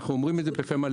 ואנחנו אומרים את זה בפה מלא.